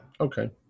Okay